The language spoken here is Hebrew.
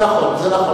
זה נכון.